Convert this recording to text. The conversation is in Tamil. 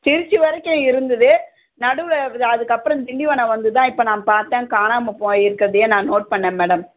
திருச்சி வரைக்கும் இருந்துது நடுவில் அதற்கப்பறம் திண்டிவனம் வந்து தான் இப்போ நான் பார்த்தேன் காணாமல் போயிருக்கறதையே நான் நோட் பண்ணேன் மேடம்